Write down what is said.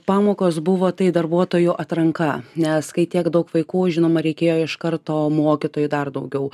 pamokos buvo tai darbuotojų atranka nes kai tiek daug vaikų žinoma reikėjo iš karto mokytojų dar daugiau